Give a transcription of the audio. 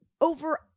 over